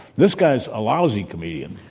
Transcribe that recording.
this guy is a lousy comedian.